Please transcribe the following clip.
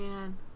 man